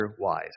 wise